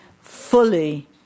fully